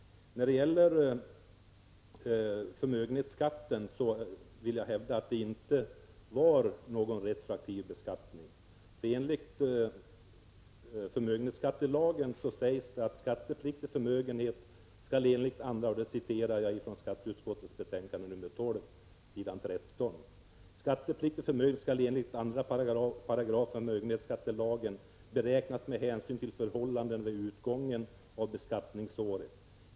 När det gäller förmögenhetsskatten vill jag hävda att det inte var någon retroaktiv beskattning. I skatteutskottets betänkande 1983/84:12 heter det: ”Skattepliktig förmögenhet skall enligt 2 § förmögenhetsskattelagen beräknas med hänsyn till förhållanden vid utgången av beskattningsåret.